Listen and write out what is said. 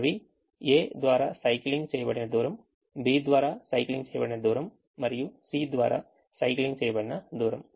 అవి A ద్వారా cycling చేయబడిన దూరం B ద్వారా సైక్లింగ్ చేయబడిన దూరం మరియు C ద్వారా సైక్లింగ్ చేయబడిన దూరం